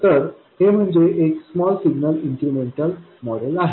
तर हे म्हणजे एक स्मॉल सिग्नल इन्क्रिमेंटल मॉडेल आहे